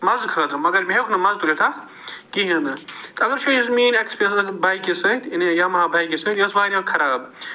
مَزٕ خٲطرٕ مگر مےٚ ہیوٚک نہٕ مَزٕ تُلِتھ اتھ کِہیٖنٛۍ نہٕ اگر توٚہۍ حظ میٲنۍ ایکٕسپیٖرینٕس بایکہِ سۭتۍ یعنی یاماہا بایکہِ سۭتۍ یہِ ٲس وارِیاہ خراب